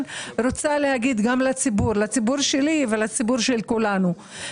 כדי לקיים את הפעילות שלנו אנחנו נדרשים להגיע לאירועים,